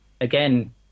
again